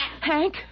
Hank